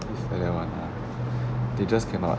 just ya lah ya lah they just cannot